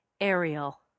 Ariel